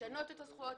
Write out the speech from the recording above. לשנות את הזכויות,